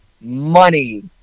money